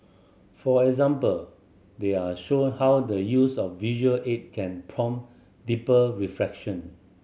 for example they are shown how the use of visual aid can prompt deeper reflection